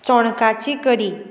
चोणकाची कडी